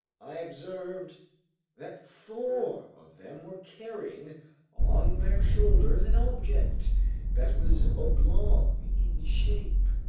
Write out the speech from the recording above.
i observed that four of them were carrying on their shoulders an object that was oblong in shape.